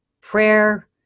prayer